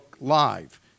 Live